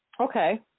Okay